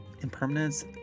impermanence